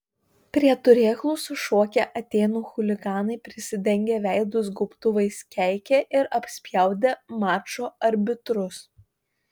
prie turėklų sušokę atėnų chuliganai prisidengę veidus gaubtuvais keikė ir apspjaudė mačo arbitrus